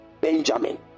Benjamin